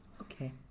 Okay